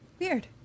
Weird